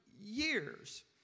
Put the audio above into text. years